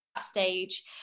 Stage